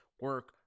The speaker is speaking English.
Work